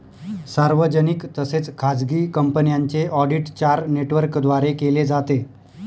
सार्वजनिक तसेच खाजगी कंपन्यांचे ऑडिट चार नेटवर्कद्वारे केले जाते